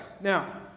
Now